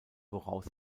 woraus